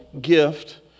gift